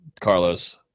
Carlos